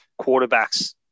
quarterbacks